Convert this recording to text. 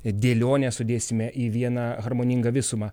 dėlionę sudėsime į vieną harmoningą visumą